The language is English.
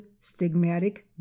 stigmatic